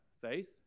Faith